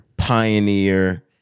Pioneer